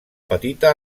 petita